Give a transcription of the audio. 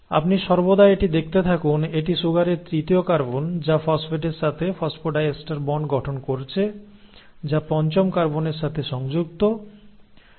আপনি সর্বদা এটি দেখতে থাকুন এটি সুগারের তৃতীয় কার্বন যা ফসফেটের সাথে ফসফোডাইএস্টার বন্ড গঠন করছে যা পঞ্চম কার্বনের সাথে সংযুক্ত রয়েছে